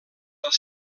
els